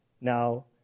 Now